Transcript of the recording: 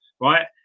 right